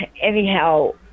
anyhow